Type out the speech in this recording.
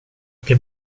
che